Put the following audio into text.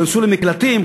ייכנסו למקלטים,